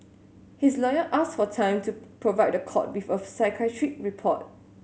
his lawyer asked for time to provide the court with a psychiatric report